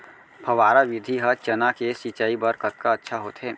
फव्वारा विधि ह चना के सिंचाई बर कतका अच्छा होथे?